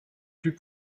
plus